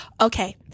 Okay